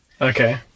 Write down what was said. okay